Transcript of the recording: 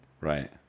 Right